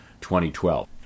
2012